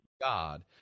God